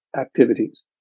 activities